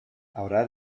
haurà